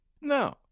No